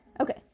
Okay